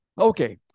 Okay